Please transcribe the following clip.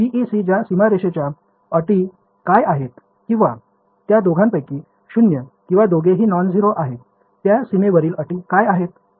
तर PEC च्या सीमारेषाच्या अटी काय आहेत किंवा या दोघापैकी शून्य किंवा दोघेही नॉनझेरो आहेत त्या सीमेवरील अटी काय आहेत